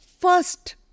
First